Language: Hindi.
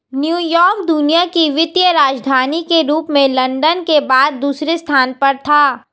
न्यूयॉर्क दुनिया की वित्तीय राजधानी के रूप में लंदन के बाद दूसरे स्थान पर था